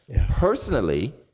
personally